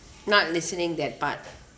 not listening that part